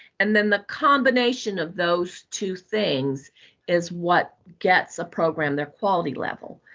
and then the combination of those two things is what gets a program their quality level.